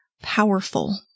Powerful